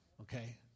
okay